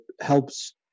helps